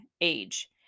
age